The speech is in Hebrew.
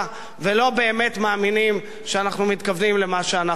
ולא באמת מאמינים שאנחנו מתכוונים למה שאנחנו אומרים.